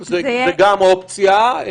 זאת גם אופציה.